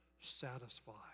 satisfied